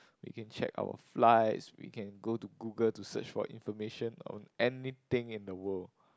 we can check our flights we can go to Google to search for information on anything in the world